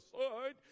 side